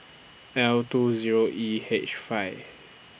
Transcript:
L two Zero E H five